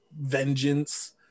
vengeance